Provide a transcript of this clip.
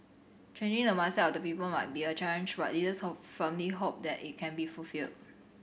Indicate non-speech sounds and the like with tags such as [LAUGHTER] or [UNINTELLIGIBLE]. changing the mindset of the people might be a challenge but leaders [UNINTELLIGIBLE] firmly hope that it can be fulfilled